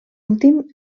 últim